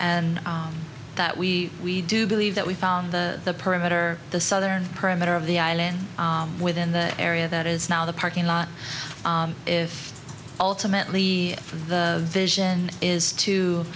and that we we do believe that we found the perimeter the southern perimeter of the island within the area that is now the parking lot if ultimately the vision is to